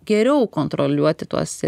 geriau kontroliuoti tuos